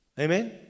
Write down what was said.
Amen